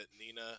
Nina